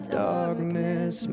darkness